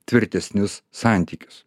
tvirtesnius santykius